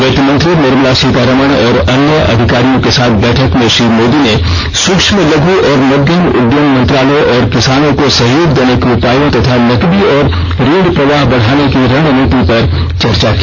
वित्त मंत्री निर्मला सीतारामन और अन्य अधिकारियों के साथ बैठक में श्री मोदी ने सूक्ष्म लघु और मध्यम उद्यम मंत्रालय और किसानों को सहयोग देने के उपायों तथा नकदी और ऋण प्रवाह बढाने की रणनीति पर चर्चा की